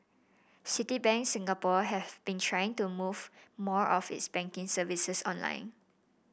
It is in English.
Citibank Singapore has been trying to move more of its banking services online